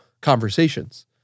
conversations